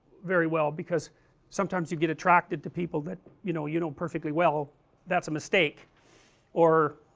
very well, because sometimes you get attracted to people that you know you know perfectly well that's a mistake or,